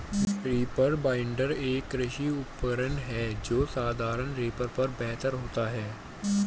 reaper binder, एक कृषि उपकरण है जो साधारण रीपर पर बेहतर होता है